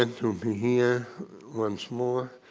and to be here once more